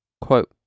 quote